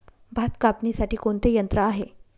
भात कापणीसाठी कोणते यंत्र आहे?